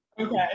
Okay